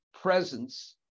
presence